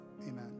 Amen